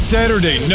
Saturday